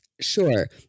Sure